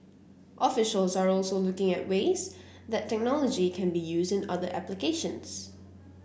officials are also looking at ways that technology can be used in other applications